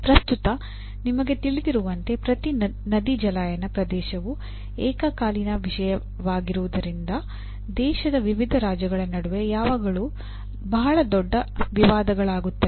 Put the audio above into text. ಪ್ರಸ್ತುತ ನಿಮಗೆ ತಿಳಿದಿರುವಂತೆ ಪ್ರತಿ ನದಿ ಜಲಾನಯನ ಪ್ರದೇಶವು ಏಕಕಾಲೀನ ವಿಷಯವಾಗಿರುವುದರಿಂದ ದೇಶದ ವಿವಿಧ ರಾಜ್ಯಗಳ ನಡುವೆ ಯಾವಾಗಲೂ ಬಹಳ ದೊಡ್ಡ ವಿವಾದಗಳಾಗುತ್ತವೆ